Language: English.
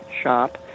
shop